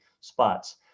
spots